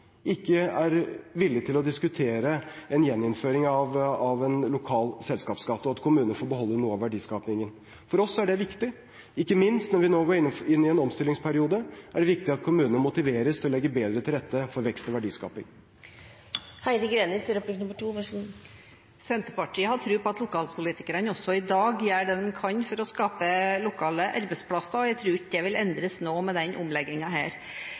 ikke er villig til å diskutere en gjeninnføring av en lokal selskapsskatt og at kommunene får beholde noe av verdiskapingen. For oss er det viktig. Ikke minst når vi nå går inn i en omstillingsperiode, er det viktig at kommunene motiveres til å legge bedre til rette for vekst og verdiskaping. Senterpartiet har tro på at lokalpolitikerne også i dag gjør det de kan for å skape lokale arbeidsplasser, og jeg tror ikke det vil endres noe med